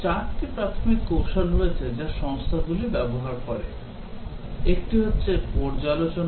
4 টি প্রাথমিক কৌশল রয়েছে যা সংস্থাগুলি ব্যবহার করে একটি হচ্ছে পর্যালোচনা